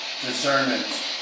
discernment